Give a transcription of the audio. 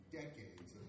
decades